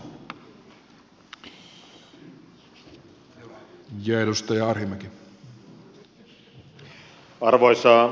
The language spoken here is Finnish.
arvoisa puhemies